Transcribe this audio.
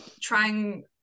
trying